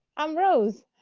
i'm rose.